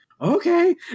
Okay